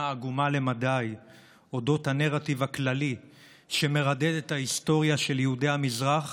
עגומה למדי על הנרטיב הכללי שמרדד את ההיסטוריה של יהודי המזרח